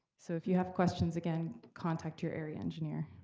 so if you have questions, again, contact your area engineer.